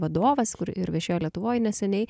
vadovas ir viešėjo lietuvoj neseniai